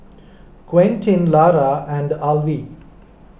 Quentin Lara and Alvie